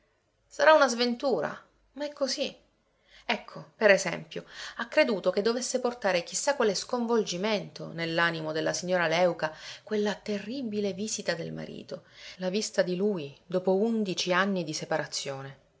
sarà una sventura ma è così ecco per esempio ha creduto che dovesse portare chi sa quale sconvolgimento nell'animo della signora léuca quella terribile visita del marito la vista di lui dopo undici anni di separazione